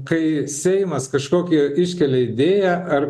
kai seimas kažkokį iškelia idėją ar